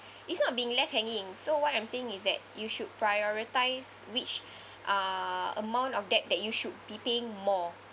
it's not being left hanging so what I'm saying is that you should prioritize which uh amount of debt that you should be paying more